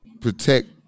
protect